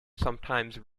sometimes